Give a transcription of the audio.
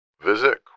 Visit